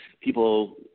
people